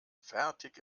fertig